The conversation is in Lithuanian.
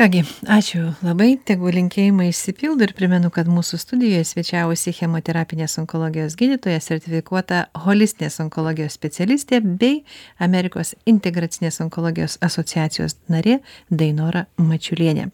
ką gi ačiū labai tegu linkėjimai išsipildo ir primenu kad mūsų studijoje svečiavosi chemoterapinės onkologijos gydytoja sertifikuota holistinės onkologijos specialistė bei amerikos integracinės onkologijos asociacijos narė dainora mačiulienė